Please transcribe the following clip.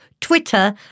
Twitter